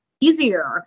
easier